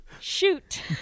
shoot